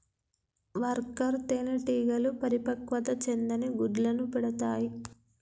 worker తేనెటీగలు పరిపక్వత చెందని గుడ్లను పెడతాయి